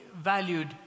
valued